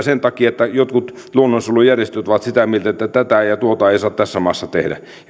sen takia että jotkut luonnonsuojelujärjestöt ovat sitä mieltä että tätä ja tuota ei saa tässä maassa tehdä